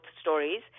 stories